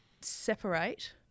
separate